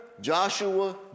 Joshua